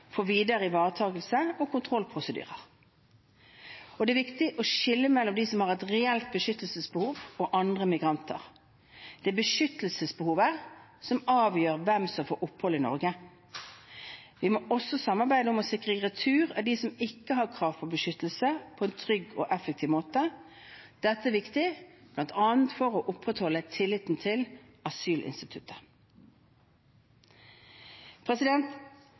for videre ivaretakelse og kontrollprosedyrer. Det er viktig å skille mellom dem som har et reelt beskyttelsesbehov, og andre migranter. Det er beskyttelsesbehovet som avgjør hvem som får opphold i Norge. Vi må også samarbeide om å sikre retur av dem som ikke har krav på beskyttelse, på en trygg og effektiv måte. Dette er viktig bl.a. for å opprettholde tilliten til asylinstituttet.